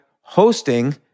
hosting